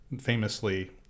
famously